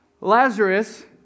Lazarus